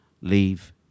Leave